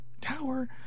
tower